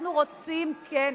אנחנו רוצים כן,